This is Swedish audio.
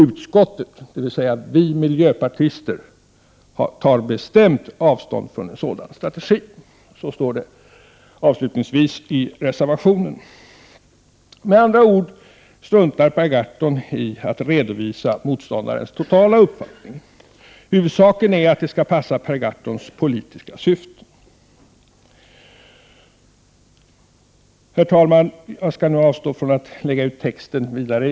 Utskottet” — miljöpartisterna — ”tar bestämt avstånd från en sådan strategi.” Med andra ord: Per Gahrton struntar i att redovisa motståndarens uppfattning i dess helhet. Huvudsaken är att det hela passar Per Gahrtons politiska syfte. Herr talman! Jag avstår från att ytterligare lägga ut texten i sakfrågan.